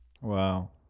Wow